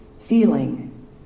feeling